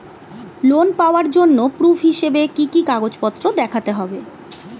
Loan পাওয়ার জন্য proof হিসেবে কি কি কাগজপত্র দেখাতে হবে?